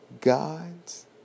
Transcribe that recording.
God's